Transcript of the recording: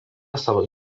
savo